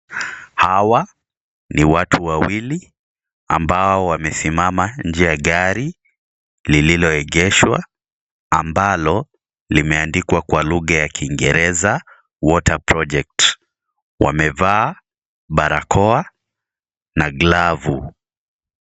Hawa, ni watu wawili ambao wamesimama nje ya gari lililoegeshwa, ambalo limeandikwa kwa lugha ya Kiingereza (cs)Water Project(cs). Wamevaa, barakoa, na glovu.